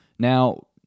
Now